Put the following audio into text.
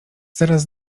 zaraz